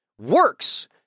works